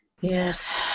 Yes